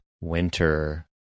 winter